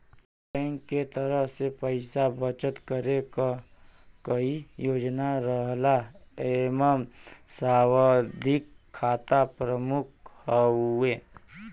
bank के तरफ से पइसा बचत करे क कई योजना रहला एमन सावधि खाता प्रमुख हउवे